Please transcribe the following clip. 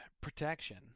Protection